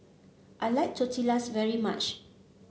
I like Tortillas very much